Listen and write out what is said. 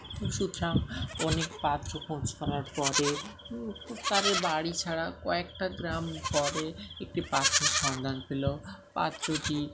তো সুতরাং অনেক পাত্র খোঁজ করার পরে তাদের বাড়ি ছাড়া কয়েকটা গ্রাম পরে একটি পাত্রের সন্ধান পেল পাত্রটি